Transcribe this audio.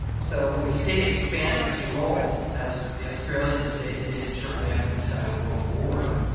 so when the state expands its role as the australian state did shortly after the second world war,